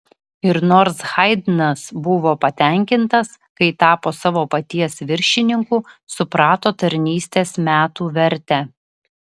ir nors haidnas buvo patenkintas kai tapo savo paties viršininku suprato tarnystės metų vertę